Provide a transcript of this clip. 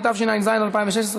התשע"ז 2016,